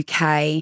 UK